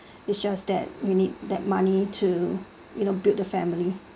it's just that you need that money to you know build the family